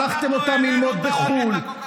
שלחתם אותם ללמוד בחו"ל.